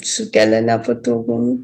sukelia nepatogumų